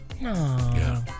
no